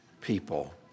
people